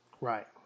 right